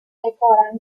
decoran